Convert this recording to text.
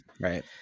right